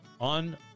on